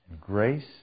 grace